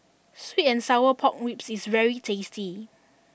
Sweet and Sour Pork Ribs is very tasty